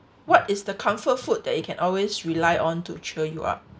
what is the comfort food that you can always rely on to cheer you up